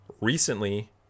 recently